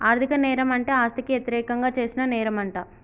ఆర్ధిక నేరం అంటే ఆస్తికి యతిరేకంగా చేసిన నేరంమంట